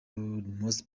most